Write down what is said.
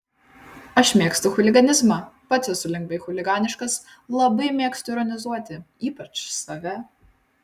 aš mėgstu chuliganizmą pats esu lengvai chuliganiškas labai mėgstu ironizuoti ypač save